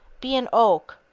be an oak,